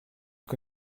que